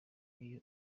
iyo